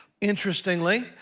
Interestingly